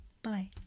Bye